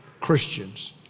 Christians